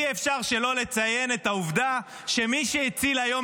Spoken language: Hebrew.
אי-אפשר שלא לציין את העובדה שמי שהציל היום